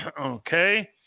Okay